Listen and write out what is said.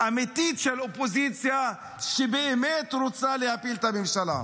אמיתית של אופוזיציה שבאמת רוצה להפיל את הממשלה.